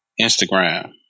Instagram